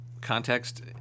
context